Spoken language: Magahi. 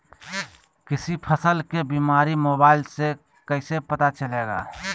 किसी फसल के बीमारी मोबाइल से कैसे पता चलेगा?